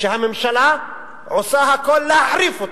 כשהממשלה עושה הכול כדי להחריף אותה,